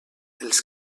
els